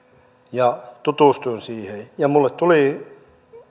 ja tutustuin siihen minulle tuli